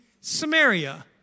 Samaria